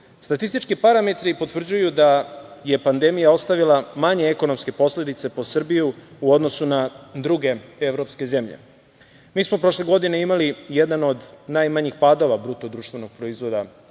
stabilnost. Statistički parametri potvrđuju da je pandemija ostavila manje ekonomske posledice po Srbiju u odnosu na druge evropske zemlje. Mi smo prošle godine imali jedan od najmanjih padova BDP u Evropi